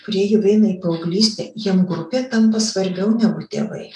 kurie jau eina į paauglystę jiem grupė tampa svarbiau negu tėvai